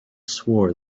swore